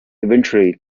eventually